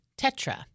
tetra